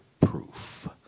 proof